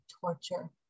torture